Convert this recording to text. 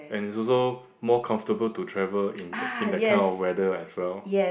and it's also more comfortable to travel in the in that kind of weather as well